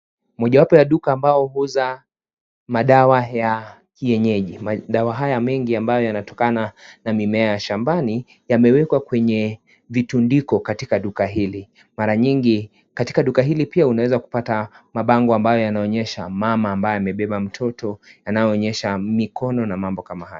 Mojawapo ya duka ambayo huuza madawa ya kienyeji. Madawa haya mengi ambayo yanatokana na mimea ya shambani yamewekwa kwenye vitundiko katika duka hili. Mara nyingi katika duka hili, unaweza kupata mabango ambayo yanaonyesha mama ambaye amebeba mtoto yanayoonyesha mikono na mambo kama hayo.